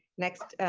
next,